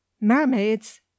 Mermaids